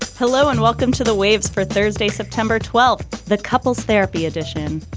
hello and welcome to the waves for thursday september twelfth. the couples therapy edition.